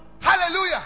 Hallelujah